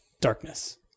darkness